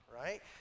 right